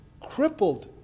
crippled